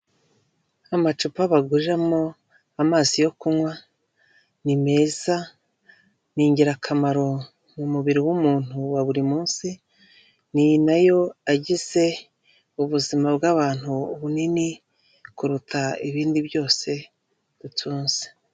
Amacupa baguriramo amazi yo kunywa ni meza, ni ingirakamaro mu mubiri w'umuntu wa buri munsi, ni nayo agize ubuzima bw'abantu bunini kuruta ibindi byose dutunze.